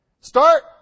Start